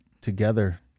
together